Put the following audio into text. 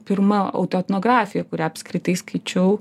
pirma autoetnografija kurią apskritai skaičiau